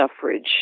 suffrage